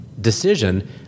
Decision